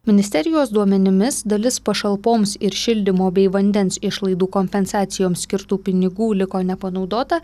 ministerijos duomenimis dalis pašalpoms ir šildymo bei vandens išlaidų kompensacijoms skirtų pinigų liko nepanaudota